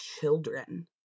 children